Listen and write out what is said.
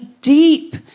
deep